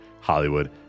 Hollywood